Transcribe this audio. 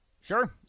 Sure